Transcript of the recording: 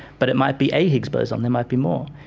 but it might be a higgs boson, there might be more.